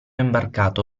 imbarcato